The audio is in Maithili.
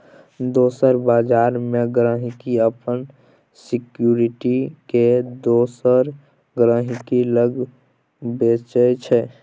दोसर बजार मे गांहिकी अपन सिक्युरिटी केँ दोसर गहिंकी लग बेचय छै